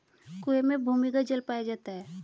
कुएं में भूमिगत जल पाया जाता है